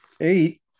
eight